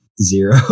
zero